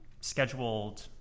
scheduled